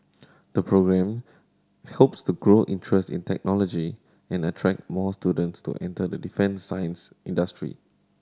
the programme hopes to grow interest in technology and attract more students to enter the defence science industry